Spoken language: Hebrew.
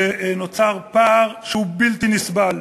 ונוצר פער שהוא בלתי נסבל,